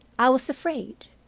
i was afraid.